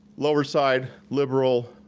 lower side, liberal,